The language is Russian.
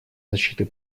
защиты